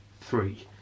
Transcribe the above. three